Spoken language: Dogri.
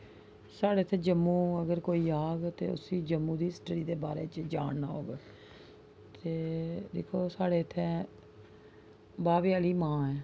साढ़ै इत्थै जम्मू अगर कोई आह्ग ते उसी जम्मू दी हिस्ट्री दे बारे च जानना होग ते दिक्खो साढ़ै इत्थै बाह्वे आह्ली मां ऐ